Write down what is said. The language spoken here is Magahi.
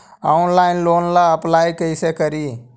ऑनलाइन लोन ला अप्लाई कैसे करी?